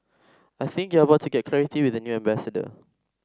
I think you are about to get clarity with the new ambassador